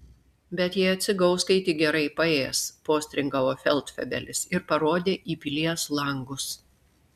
bet jie atsigaus kai tik gerai paės postringavo feldfebelis ir parodė į pilies langus